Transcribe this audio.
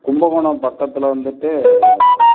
கும்பகோணம் பக்கத்தில் வந்துட்டு